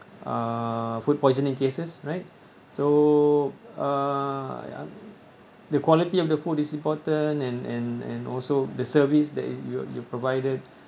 uh food poisoning cases right so uh the quality of the food is important and and and also the service that is you you're provided